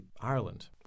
ireland